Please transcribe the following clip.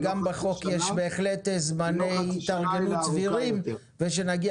וגם בחוק יש בהחלט זמני התארגנות סבירים וכשנגיע